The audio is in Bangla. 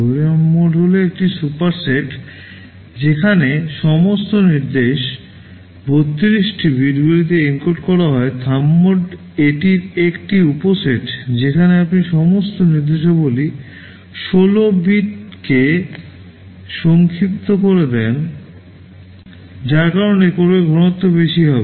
ARM মোড হল একটি সুপারসেট যেখানে সমস্ত নির্দেশ 32 টি bitগুলিতে এনকোড করা হয় থাম্ব মোড এটির একটি উপসেট যেখানে আপনি সমস্ত নির্দেশাবলী 16 বিটকে সংক্ষিপ্ত করে দেন যার কারণে কোডের ঘনত্ব বেশি হবে